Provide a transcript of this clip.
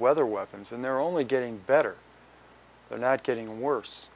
weather weapons and they're only getting better they're not getting worse